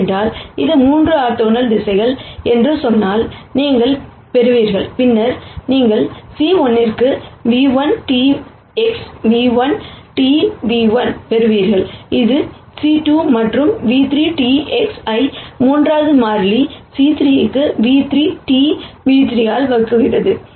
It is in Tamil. ஏனென்றால் இது 3 ஆர்த்தோகனல் திசைகள் என்று சொன்னால் நீங்கள் பெறுவீர்கள் பின்னர் நீங்கள் C1 க்கு ν₁TX ν₁Tν₁ பெறுவீர்கள் இது C2 மற்றும் v3TX ஐ மூன்றாவது மாறிலி C3 க்கு ν3Tν3 ஆல் வகுக்கிறது